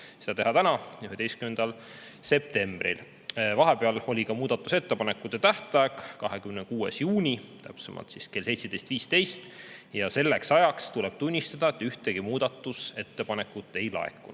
seda arutada täna, 14. septembril. Vahepeal [jõudis kätte] muudatusettepanekute tähtaeg, 26. juuni, täpsemalt kell 17.15, ja selleks ajaks, tuleb tunnistada, ühtegi muudatusettepanekut ei laekunud.